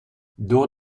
door